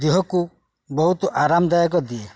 ଦେହକୁ ବହୁତ ଆରାମଦାୟକ ଦିଏ